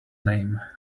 name